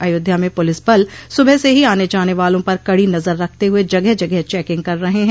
अयोध्या में पुलिस बल सुबह से ही आने जाने वालों पर कड़ी नजर रखते हुए जगह जगह चेकिंग कर रहे हैं